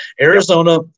Arizona